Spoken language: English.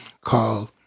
called